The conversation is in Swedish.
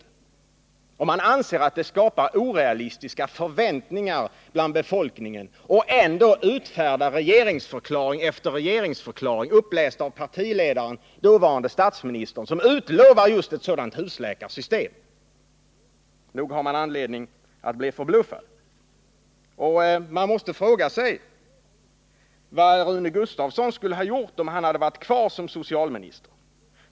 Det är anmärkningsvärt att man, om man anser att ett husläkarsystem skapar orealistiska förväntningar bland befolkningen, ändå utfärdar regeringsförklaring efter regeringsförklaring, upplästa av partiledaren, dåvarande statsministern, som utlovar just ett sådant husläkarsystem. Nog har man anledning att bli förbluffad. Man måste fråga sig vad Rune Gustavsson skulle ha gjort, om han hade varit kvar som socialminister.